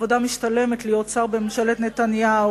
עבודה משתלמת להיות שר בממשלת נתניהו,